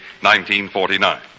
1949